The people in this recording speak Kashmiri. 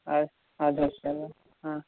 آچھ اَدٕ حظ چلو ٲں